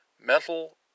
Metal